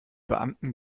beamten